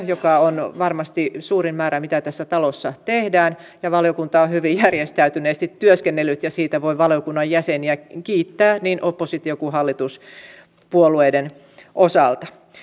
joka on varmasti suurin määrä mitä tässä talossa tehdään valiokunta on hyvin järjestäytyneesti työskennellyt ja siitä voi valiokunnan jäseniä kiittää niin opposition kuin hallituspuolueiden osalta